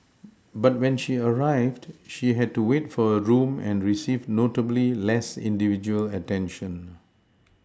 but when she arrived she had to wait for a room and received notably less individual attention